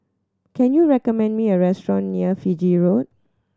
can you recommend me a restaurant near Fiji Road